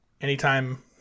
anytime